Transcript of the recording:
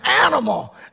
animal